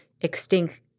extinct